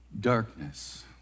darkness